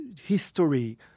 history